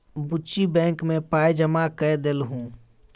बुच्ची बैंक मे पाय जमा कए देलहुँ